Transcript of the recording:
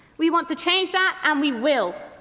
we want to change that and we will.